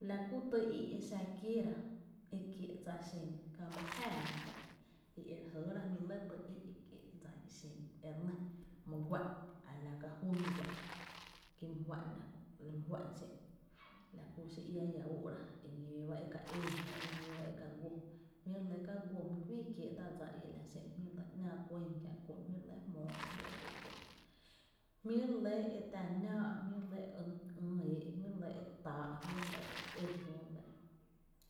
La kú tý í’ e xa kieera e kie’ dsa xen kä my jáaá re fáá’ra i e re jɇɇra jmí’ lɇ tý i’ kiee’ dsa i xen re nɇ, my guá’n a la ka juý my guá’n, ki my fá’n (hesittataion) la kú my fá’n xé’n l ku xi áa ia ú’ra e ñóó ba e ka ee jná e ñóo ba e ka guó jmí’ re lɇ k aguó my güii kiee’ tá’ dsa i e la xé’n, jmí’ re lɇ ‘nⱥⱥ kué’n kiä’ kú’n, jmí’ re lɇ jmóó ko juó’ kié’ kú’n, jmí’ re lɇ e tⱥ ‘nⱥⱥ’ jmí’ re lɇ e e ïï’ éé’ jmí’ re lɇ kýy’ tá’ jmí’ re lɇ e é jmí’ re lɇ,